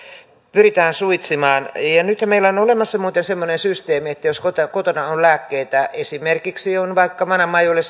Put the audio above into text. pyritään suitsimaan nythän meillä muuten on olemassa semmoinen systeemi että jos kotona on lääkkeitä esimerkiksi joku siirtyy siitä vaikka manan majoille